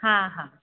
हा हा